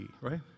right